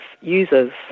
users